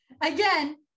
Again